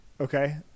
Okay